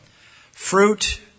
Fruit